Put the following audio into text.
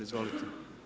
Izvolite.